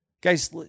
Guys